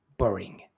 boring